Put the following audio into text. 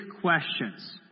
questions